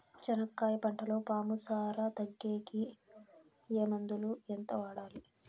చెనక్కాయ పంటలో పాము సార తగ్గేకి ఏ మందులు? ఎంత వాడాలి?